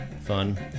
fun